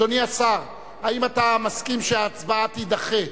אדוני השר, האם אתה מסכים שההצבעה תידחה,